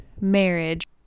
marriage